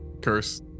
Curse